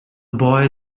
boy